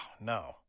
no